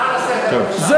הערה לסדר, בבקשה.